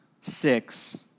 six